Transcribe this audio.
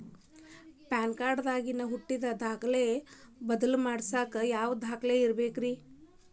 PAN card ದಾಗಿನ ಹುಟ್ಟಿದ ತಾರೇಖು ಬದಲಿಸಾಕ್ ಯಾವ ದಾಖಲೆ ಬೇಕ್ರಿ?